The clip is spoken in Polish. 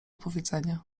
powiedzenia